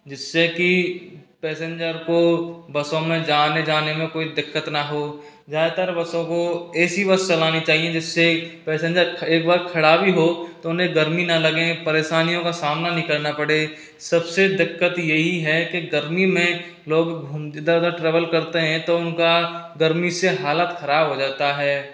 जिससे की पैसेंजर को बसों में जाने जाने में कोई दिक्कत न हो ज़्यादातर बसों को ए सी बस चलानी चाहिए जिससे पैसेंजर एक बार खड़ा भी हो तो उन्हें गर्मी न लगे परेशानियों का सामना नहीं करना पड़े सबसे दिक्कत यही है कि गर्मी में लोग घूम इधर उधर ट्रेवल करते है तो उनका गर्मी से हालत ख़राब हो जाता है